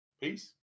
peace